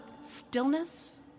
stillness